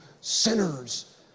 sinners